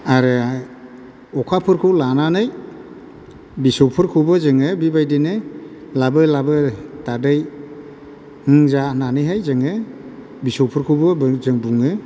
आरो अखाफोरखौ लानानै बिसौफोरखौबो जोङो बेबायदिनो लाबो लाबो दादै हो जा होननानैहाय जोङो बिसौफोरखौबो जों बुङो